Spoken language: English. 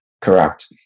correct